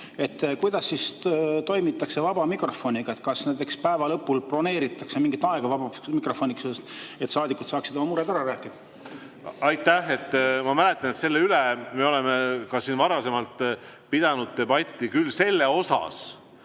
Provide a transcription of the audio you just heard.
kuidas siis toimitakse vaba mikrofoniga? Kas näiteks päeva lõpul broneeritakse mingi aeg vabaks mikrofoniks, et saadikud saaksid oma mured ära rääkida? Aitäh! Ma mäletan, et selle üle me oleme siin ka varasemalt pidanud debatti, et kui